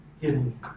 giving